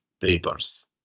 papers